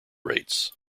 rates